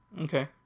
okay